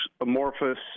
amorphous